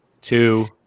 two